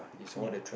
ya